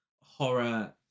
horror